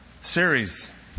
series